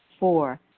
four